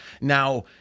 Now